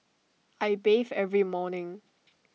I bathe every morning